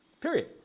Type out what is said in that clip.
Period